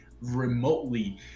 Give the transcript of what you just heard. remotely